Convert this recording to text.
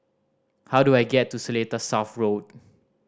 how do I get to Seletar South Road